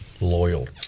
loyal